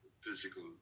physical